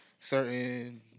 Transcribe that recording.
certain